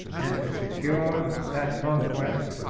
and to secure that conquest,